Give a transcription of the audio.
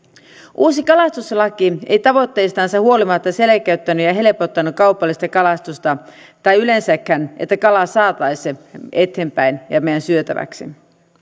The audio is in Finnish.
uusi kalastuslaki ei tavoitteistansa huolimatta selkeyttänyt ja ja helpottanut kaupallista kalastusta tai yleensäkään sitä että kalaa saataisi eteenpäin ja meidän syötäväksi